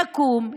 יקום,